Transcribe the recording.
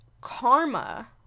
karma